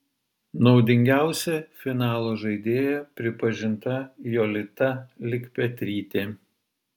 naudingiausia finalo žaidėja pripažinta jolita likpetrytė